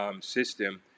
system